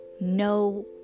No